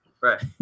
Right